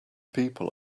people